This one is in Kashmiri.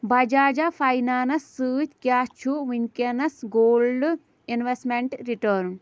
بَجاجا فاینانس سۭتۍ کیٛاہ چھُ وُنکٮ۪نَس گولڈ اِنویسمٮ۪نٛٹ رِٹٲرٕن